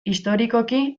historikoki